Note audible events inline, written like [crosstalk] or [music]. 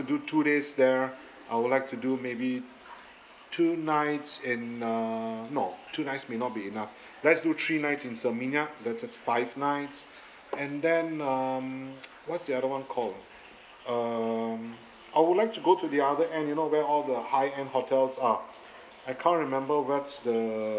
do two days there I would like to do maybe two nights and err no two nights may not be enough let's do three nights in seminyak that's at five nights [breath] and then um [noise] what's the other one called ah um I would like to go to the other end you know where all the high end hotels are I can't remember what's the